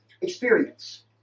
experience